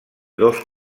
dos